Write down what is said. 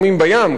התלמ"ת,